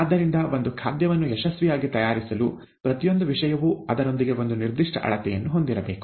ಆದ್ದರಿಂದ ಒಂದು ಖಾದ್ಯವನ್ನು ಯಶಸ್ವಿಯಾಗಿ ತಯಾರಿಸಲು ಪ್ರತಿಯೊಂದು ವಿಷಯವೂ ಅದರೊಂದಿಗೆ ಒಂದು ನಿರ್ದಿಷ್ಟ ಅಳತೆಯನ್ನು ಹೊಂದಿರಬೇಕು